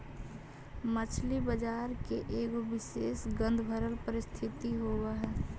मछली बजार के एगो विशेष गंधभरल परिस्थिति होब हई